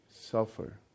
suffer